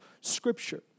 Scripture